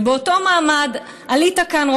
ובאותו מעמד עלית לכאן,